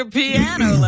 piano